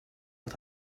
but